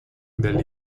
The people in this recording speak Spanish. del